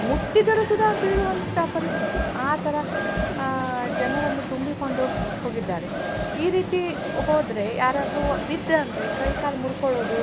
ಮುಟ್ಟಿದರೂ ಸುದಾ ಬೀಳುವಂಥ ಪರಿಸ್ಥಿತಿ ಆ ಥರ ಜನರನ್ನು ತುಂಬಿಕೊಂಡು ಹೋಗಿದ್ದಾರೆ ಈ ರೀತಿ ಹೋದರೆ ಯಾರಾದರೂ ಬಿದ್ದ ಅಂದರೆ ಕೈ ಕಾಲು ಮುರ್ಕೊಳ್ಳೋದು